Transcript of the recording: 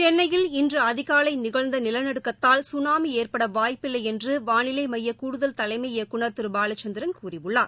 சென்னையில் இன்று அதிகாலை நிகழ்ந்த நிலநடுக்கத்தால் சுனாமி ஏற்பட வாய்ப்பில்லை என்று வானிலை மைய கூடுதல் தலைமை இயக்குநர் திரு பாலச்சந்திரன் கூறியுள்ளார்